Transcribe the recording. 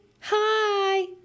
hi